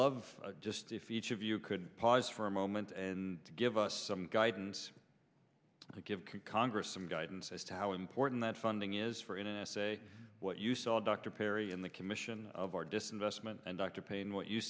love just if each of you could pause for a moment and give us some guidance to give congress some guidance as to how important that funding is for in an essay what you saw dr perry in the commission of our disinvestment and dr payne what you